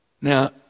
Now